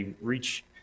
reach